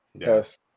Yes